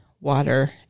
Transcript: water